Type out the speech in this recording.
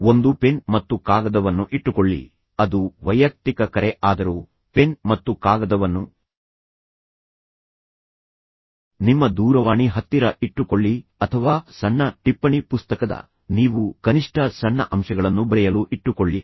ಒಂದು ಪೆನ್ ಮತ್ತು ಕಾಗದವನ್ನು ಇಟ್ಟುಕೊಳ್ಳಿ ಅದು ವೈಯಕ್ತಿಕ ಕರೆ ಆದರೂ ಪೆನ್ ಮತ್ತು ಕಾಗದವನ್ನು ನಿಮ್ಮ ದೂರವಾಣಿ ಹತ್ತಿರ ಇಟ್ಟುಕೊಳ್ಳಿ ಅಥವಾ ಸಣ್ಣ ಟಿಪ್ಪಣಿ ಪುಸ್ತಕದ ನೀವು ಕನಿಷ್ಠ ಸಣ್ಣ ಅಂಶಗಳನ್ನು ಬರೆಯಲು ಇಟ್ಟುಕೊಳ್ಳಿ